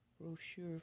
brochure